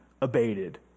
abated